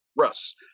Russ